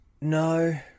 No